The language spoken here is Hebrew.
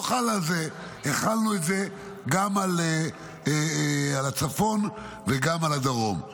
החלנו את זה גם על הצפון וגם על הדרום.